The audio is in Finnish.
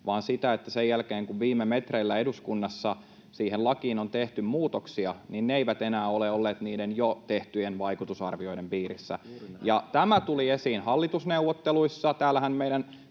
vaan niin, että sen jälkeen, kun viime metreillä eduskunnassa siihen lakiin on tehty muutoksia, ne eivät enää ole olleet niiden jo tehtyjen vaikutusarvioiden piirissä. Tämä tuli esiin hallitusneuvotteluissa.